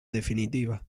definitiva